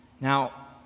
Now